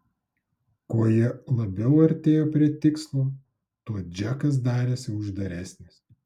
kuo jie labiau artėjo prie tikslo tuo džekas darėsi uždaresnis